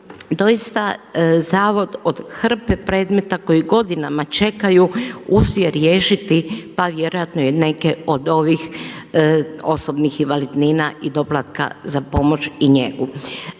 doista zavod od hrpe predmeta koji godinama čekaju uspije riješiti pa vjerojatno i neke od ovih osobnih invalidnina i doplatka za pomoć i njegu.